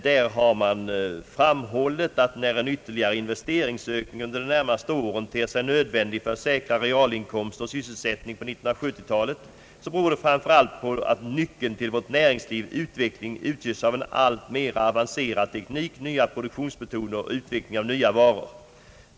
Man har framhållit att när en ytterligare investeringsökning under de närmaste åren ter sig nödvändig för att säkra realinkomster och sysselsättning för 1970-talet, beror det framför allt på att nyckeln till vårt näringslivs utveckling utgörs av en alltmer avancerad teknik, nya produktionsmetoder och utveckling av nya varor.